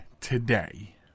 today